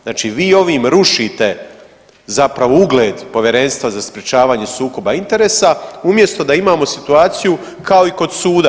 Znači vi ovim rušite zapravo ugled Povjerenstva za sprječavanje sukoba interesa umjesto da imamo situaciju kao i kod suda.